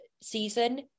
season